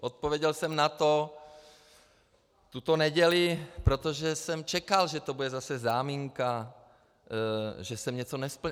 Odpověděl jsem na to tuto neděli, protože jsem čekal, že to bude zase záminka, že jsem něco nesplnil.